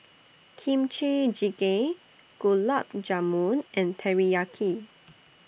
Kimchi Jjigae Gulab Jamun and Teriyaki